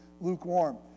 lukewarm